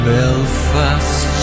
Belfast